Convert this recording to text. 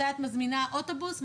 מתי את מזמינה אוטובוס?